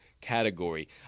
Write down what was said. category